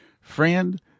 friend